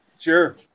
Sure